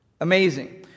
Amazing